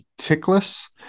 tickless